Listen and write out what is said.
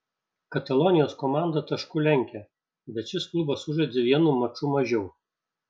katalonijos komanda tašku lenkia bet šis klubas sužaidė vienu maču mažiau